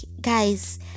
guys